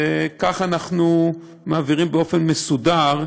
ככה אנחנו מעבירים באופן מסודר,